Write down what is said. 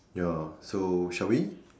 ya so shall we